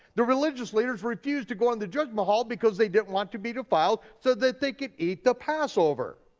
the religious leaders refused to go in the judgment hall because they didn't want to be defiled so that they could eat the passover.